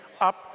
up